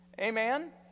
Amen